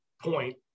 point